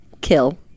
kill